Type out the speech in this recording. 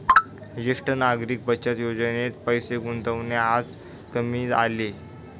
ज्येष्ठ नागरिक बचत योजनेत पैसे गुंतवणे आज कामी आले